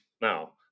now